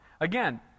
Again